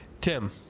Tim